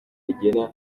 kugira